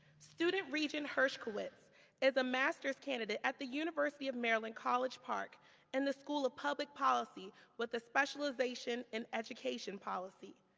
student regent hershkowitz is a master's candidate at the university of maryland college park in and the school of public policy with a specialization in education policy.